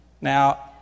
Now